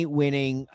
winning